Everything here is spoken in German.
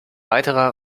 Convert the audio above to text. weitere